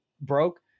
broke